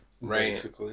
right